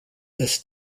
this